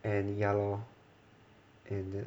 and ya lor and then